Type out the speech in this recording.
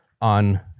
on